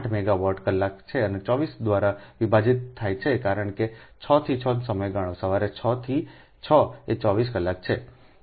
8 megawatt કલાક છે અને 24 દ્વારા વિભાજિત થાય છે કારણ કે 6 થી 6 નો સમયગાળોસવારે 6 થી 6 એ 24 કલાક છે